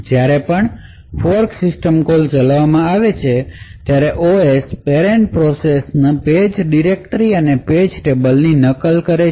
જ્યારે પણ fork system call ચલાવવામાં આવે છે ત્યારે ઓએસ પેરેન્ટ પ્રોસેસ ની પેજ ડિરેક્ટરી અને પેજ ટેબલ ની નકલ કરશે